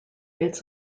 its